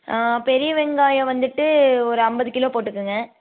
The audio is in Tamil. பெரிய வெங்காயம் வந்துவிட்டு ஒரு ஐம்பது கிலோ போட்டுக்கங்க